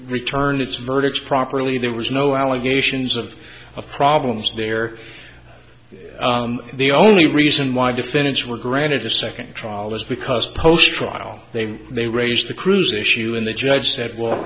returned its verdict properly there was no allegations of of problems there the only reason why defendants were granted a second trial is because post trial they they raised the crew's issue and the judge said well